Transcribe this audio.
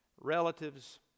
relatives